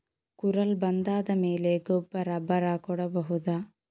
ಕುರಲ್ ಬಂದಾದ ಮೇಲೆ ಗೊಬ್ಬರ ಬರ ಕೊಡಬಹುದ?